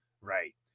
right